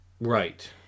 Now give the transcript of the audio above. Right